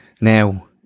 now